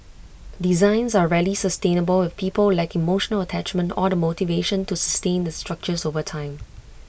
designs are rarely sustainable if people lack emotional attachment or the motivation to sustain the structures over time